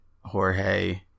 Jorge